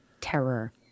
terror